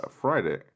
friday